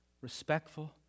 respectful